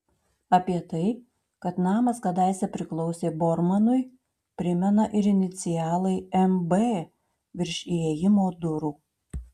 apie tai kad namas kadaise priklausė bormanui primena ir inicialai mb virš įėjimo durų